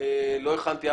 כן,